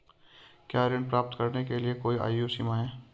क्या ऋण प्राप्त करने के लिए कोई आयु सीमा है?